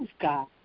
God